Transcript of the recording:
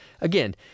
again